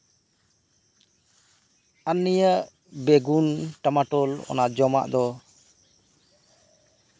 ᱟᱨ ᱱᱤᱭᱟᱹ ᱵᱮᱜᱩᱱ ᱴᱟᱢᱟᱴᱳᱞ ᱡᱚᱢᱟᱜ ᱫᱚ